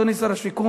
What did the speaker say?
אדוני שר השיכון,